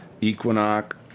Equinox